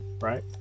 right